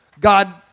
God